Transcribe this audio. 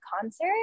concert